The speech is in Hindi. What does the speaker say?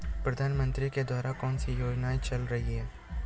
प्रधानमंत्री के द्वारा कौनसी योजनाएँ चल रही हैं?